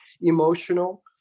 emotional